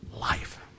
life